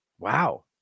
Wow